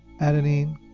adenine